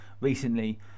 recently